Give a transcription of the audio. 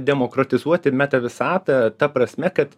demokratizuoti meta visatą ta prasme kad